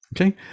Okay